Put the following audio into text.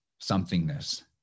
somethingness